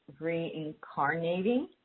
reincarnating